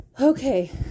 Okay